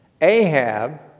Ahab